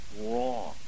wrong